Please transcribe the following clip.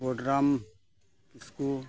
ᱜᱚᱰᱨᱟᱢ ᱠᱤᱥᱠᱩ